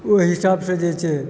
ओहि हिसाब से जे छै